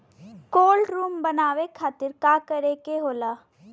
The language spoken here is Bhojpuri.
कोल्ड रुम बनावे खातिर का करे के होला?